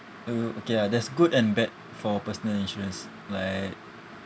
I will okay lah there's good and bad for personal insurance like